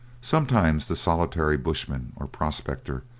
sometimes the solitary bushman or prospector,